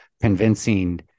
convincing